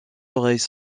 oreilles